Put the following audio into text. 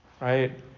Right